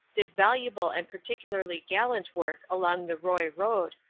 did valuable and particularly gallant work along the roye road,